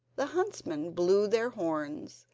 the huntsmen blew their horns,